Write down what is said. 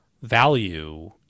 value